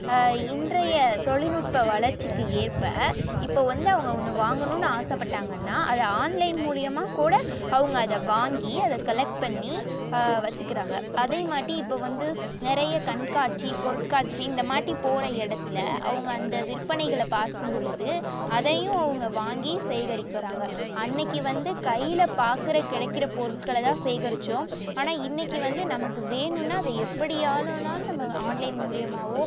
இன்றைய தொழில்நுட்ப வளர்ச்சிக்கு ஏற்ப இப்போ வந்து அவங்க ஒன்று வாங்கணும்னு ஆசைப்பட்டாங்கன்னா அதை ஆன்லைன் மூலிமா கூட அவங்க அதை வாங்கி அதை கலெக்ட் பண்ணி வச்சுக்கிறாங்க அதேமாட்டி இப்போ வந்து நிறைய கண்காட்சி பொருட்காட்சி இந்த மாட்டி போகிற இடத்துல அவங்க அந்த விற்பனைகளை பார்க்கும் பொழுது அதையும் அவங்க வாங்கி சேகரிக்கிறாங்க அன்றைக்கு வந்து கையில் பார்க்கற கிடைக்குற பொருட்கள தான் சேகரிச்சோம் ஆனால் இன்றைக்கு வந்து நமக்கு வேணும்னா அதை எப்படியாணுன்னாலும் நம்ம ஆன்லைன் மூலிமாவோ